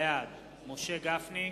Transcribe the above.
בעד משה גפני,